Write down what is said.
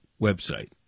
website